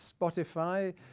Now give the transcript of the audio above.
Spotify